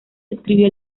describió